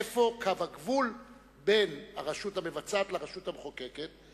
איפה קו הגבול בין הרשות המבצעת לרשות המחוקקת.